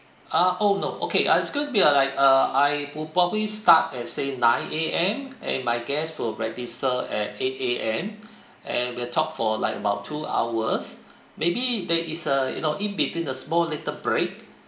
ah oh no okay it's going to be uh like uh I would probably start at say nine A_M and my guests will register at eight A_M and we'll talk for like about two hours maybe there is a you know in between a small little break